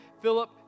Philip